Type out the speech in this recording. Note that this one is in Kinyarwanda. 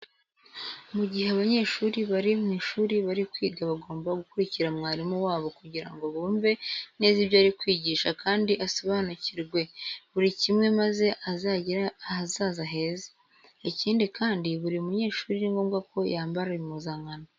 Mu gihe abanyeshuri bari mu ishuri bari kwiga bagomba gukurikira mwarimu wabo kugira ngo bumve neza ibyo ari kwigisha kandi asobanukirwe buri kimwe maze azagire ahazaza heza. Ikindi kandi buri munyeshuri ni ngombwa ko yambara impuzankano.